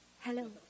hello